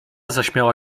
zaśmiała